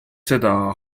seda